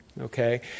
okay